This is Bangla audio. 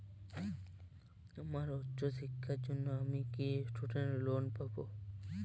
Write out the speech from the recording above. আমার উচ্চ শিক্ষার জন্য আমি কি স্টুডেন্ট লোন পাবো